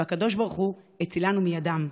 והקדוש ברוך הוא הצילנו מידם.